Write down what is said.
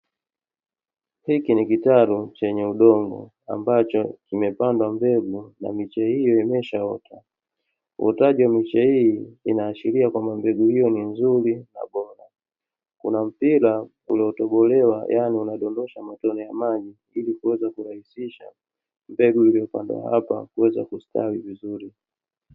Hiki ni kitaru chenye udongo ambacho kimepandwa mbegu na miche hiyo imeshaota. Uotaji wa miche hii unaashiria kuwa mbegu hiyo ni nzuri na bora. Kuna mpira uliotobolewa yani unadondosha matone ya maji ili kuweza kurahisisha mbegu iliyopandwa hapa kuweza kustawi vizuri.